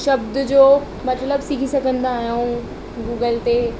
शब्द जो मतलबु सिखी सघंदा आहियूं गूगल ते